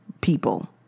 people